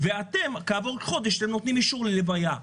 וכעבור חודש אתם נותנים אישור ללוויה.